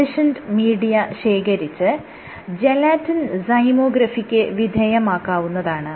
conditioned media ശേഖരിച്ച് gelatin സൈമോഗ്രഫിക്ക് വിധേയമാക്കാവുന്നതാണ്